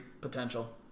potential